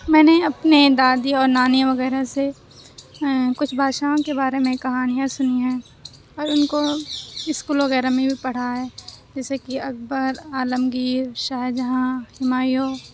میں نے اپنے دادی اور نانی وغیرہ سے کچھ بادشاہوں کے بارے میں کہانیاں سنی ہیں اور ان کو اسکول وغیرہ میں بھی پڑھا ہے جیسے کہ اکبر عالمگیر شاہجہاں ہمایوں